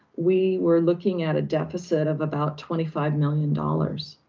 we were looking at a deficit of about twenty five million dollars.